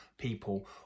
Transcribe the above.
people